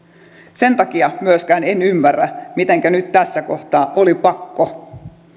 sen takia myöskään en ymmärrä mitenkä nyt tässä kohtaa oli pakko